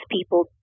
people